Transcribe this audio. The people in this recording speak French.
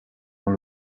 dans